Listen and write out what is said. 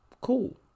cool